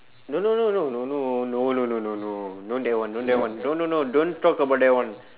no no no no no no no no no no no not that one don't that one no no no don't talk about that one